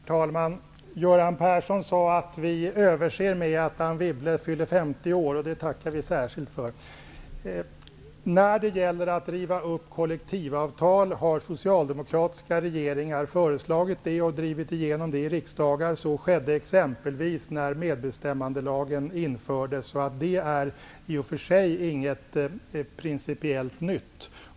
Herr talman! Göran Persson sade att han överser med att Anne Wibble fyller 50 år, och det tackar vi särskilt för. Att riva upp kollektivavtal är något som socialdemokratiska regeringar har föreslagit och också drivit igenom i riksdagen. Så skedde exempelvis när medbestämmandelagen infördes, så det är i och för sig inget principiellt nytt.